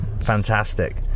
Fantastic